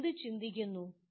നീ എന്ത് ചിന്തിക്കുന്നു